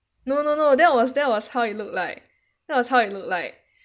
no no no that was that was how it look like that was how it look like